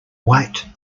white